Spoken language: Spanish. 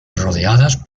rodeadas